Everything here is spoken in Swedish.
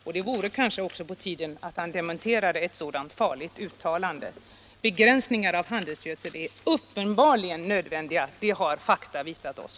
Och det vore kanske även på tiden att han dementerade ett sådant här farligt uttalande. Begränsningar av användning av handelsgödsel är uppenbarligen nödvändiga — det har fakta visat oss.